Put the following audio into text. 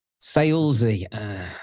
salesy